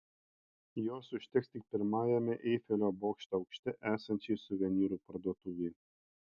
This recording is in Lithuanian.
jos užteks tik pirmajame eifelio bokšto aukšte esančiai suvenyrų parduotuvei